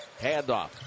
handoff